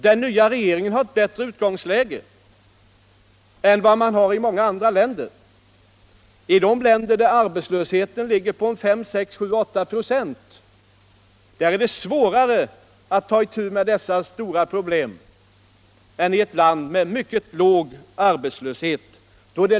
Den nya regeringen har ett bättre utgångsläge än vad man har i många andra länder. I de länder där arbetslösheten uppgår till 5, 6 eller 8 ?6 är det svårare att ta itu med dessa stora problem än i ett land med en mycket låg arbetslöshet.